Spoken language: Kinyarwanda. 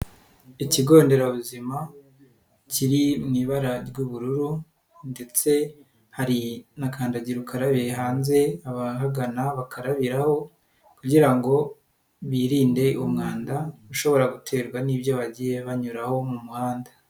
Ikigo nderabuzima kiri mu ibara ry'ubururu ndetse hari'akandagira ukarabiye hanze abahagana bakarabiraho kugira ngo birinde umwanda ushobora guterwa n'ibyo bagiye banyuraraho mu muhanda.